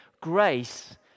Grace